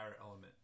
element